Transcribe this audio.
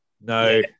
no